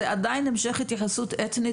זה עדיין המשך התייחסות אתנית,